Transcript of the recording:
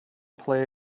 play